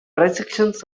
perceptions